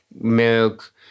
milk